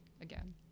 again